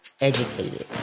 educated